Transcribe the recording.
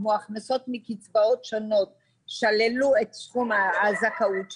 כמו הכנסות מקצבאות שונות שללו את סכום הזכאות שלהם,